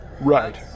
Right